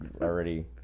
already